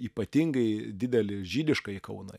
ypatingai didelį žydiškąjį kauną